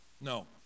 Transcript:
No